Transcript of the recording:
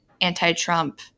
anti-Trump